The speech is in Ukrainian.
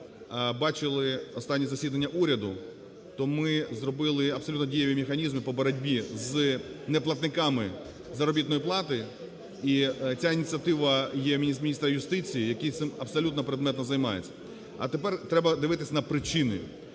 бачили останні засідання уряду, то ми зробили абсолютно дієві механізми по боротьбі з неплатниками заробітної плати. І ця ініціатива є міністра юстиції, який цим абсолютно предметно займається. А тепер треба дивитись на причини.